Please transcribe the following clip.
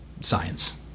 science